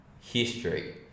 history